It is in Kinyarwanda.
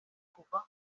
kuva